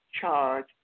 Charge